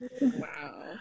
Wow